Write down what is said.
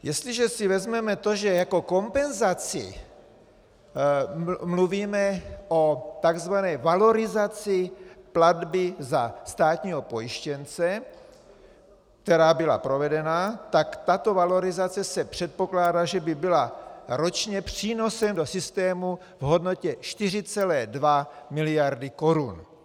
Jestliže si vezmeme to, že jako kompenzaci mluvíme o tzv. valorizaci platby za státního pojištěnce, která byla provedena, tak tato valorizace se předpokládá, že by byla ročně přínosem do systému v hodnotě 4,2 mld. korun.